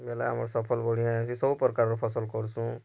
ହେଲା ଆମର ସଫଲ ବଢ଼ିଆ ହେଇଛି ସବୁପ୍ରକାର ଫସଲ କର୍ସୁଁ